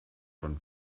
von